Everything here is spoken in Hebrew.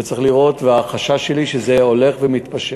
וצריך לראות, והחשש שלי, שזה הולך ומתפשט.